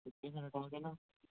पक्के में लौटाओगे ना